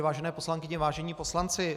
Vážené poslankyně, vážení poslanci.